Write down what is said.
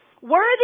Worthy